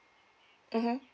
mmhmm